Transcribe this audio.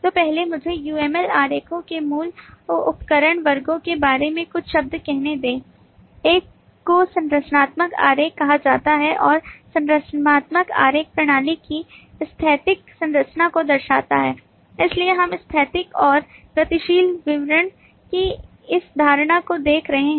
तो पहले मुझे UML आरेखों के मूल उपकरण उप वर्गों के बारे में कुछ शब्द कहने दें एक को संरचनात्मक आरेख कहा जाता है और संरचनात्मक आरेख प्रणाली की स्थैतिक संरचना को दर्शाता है इसलिए हम स्थैतिक और गतिशील विवरण की इस धारणा को देख रहे हैं